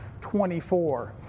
24